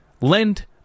lend